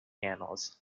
panels